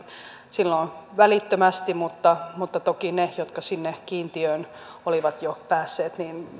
silloin välittömästi mutta se on ilmeisesti ihan perustuslaillinen kysymys että toki niiltä jotka sinne kiintiöön olivat jo päässeet